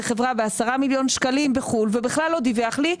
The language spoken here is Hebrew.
חברה בעשרה מיליון שקלים בחו"ל ובכלל לא דיווח לי,